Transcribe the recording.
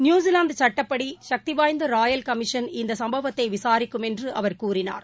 New Zealand சட்டப்படி சக்தி வாய்ந்த ராயல் கமிஷன் இந்த சம்பவத்தை விசாரிக்கும் என்று அவர் கூறினார்